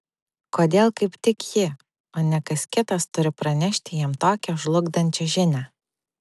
kodėl kaip tik ji o ne kas kitas turi pranešti jam tokią žlugdančią žinią